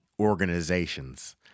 organizations